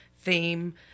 theme